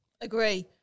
Agree